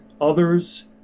Others